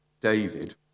David